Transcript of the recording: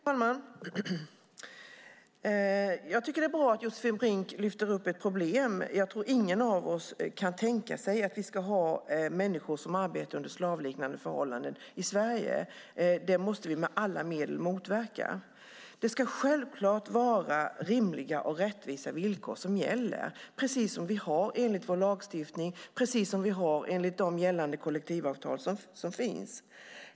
Herr talman! Det är bra att Josefin Brink lyfter fram detta problem. Jag tror inte att någon av oss kan tänka sig att vi ska ha människor som arbetar under slavliknande förhållanden i Sverige. Det måste vi med alla medel motverka. Det ska självklart vara rimliga och rättvisa villkor som gäller, precis som vi har enligt vår lagstiftning och de gällande kollektivavtal som finns.